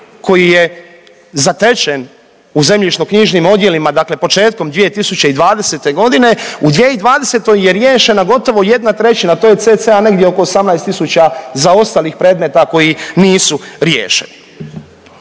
koji je zatečen u zemljišno-knjižnim odjelima dakle početkom 2020. godine u 2020. je riješena gotovo 1/3 to je cca negdje oko 18.000 zaostalih predmeta koji nisu riješeni.